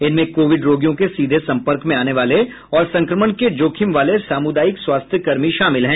इनमें कोविड रोगियों के सीधे संपर्क में आने वाले और संक्रमण के जोखिम वाले सामुदायिक स्वास्थ्य कर्मी शामिल हैं